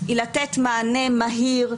היא לתת מענה מהיר,